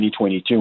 2022